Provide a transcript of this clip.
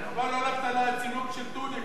צילום של טוניקה,